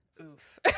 oof